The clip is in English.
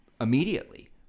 immediately